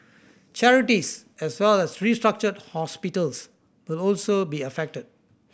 charities as well as restructured hospitals will also be affected